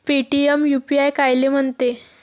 Paytm UPI कायले म्हनते?